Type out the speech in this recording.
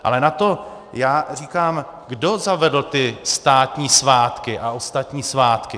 Ale na to já říkám kdo zavedl ty státní svátky a ostatní svátky?